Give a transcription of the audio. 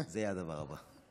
זה יהיה הדבר הבא.